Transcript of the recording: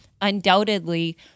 undoubtedly